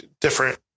different